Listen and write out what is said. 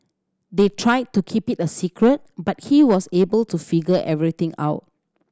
they tried to keep it a secret but he was able to figure everything out